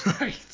right